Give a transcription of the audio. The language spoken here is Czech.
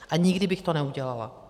A nikdy bych to neudělala.